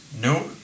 No